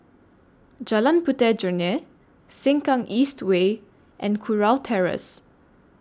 Jalan Puteh Jerneh Sengkang East Way and Kurau Terrace